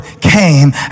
came